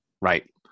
right